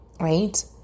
right